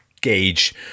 gauge